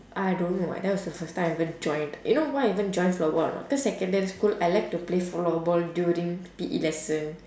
I don't know that was the first time I ever joined you know why I even join floorball or not cause secondary school I like to play floorball during P_E lesson